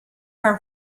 her